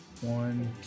One